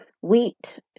wheat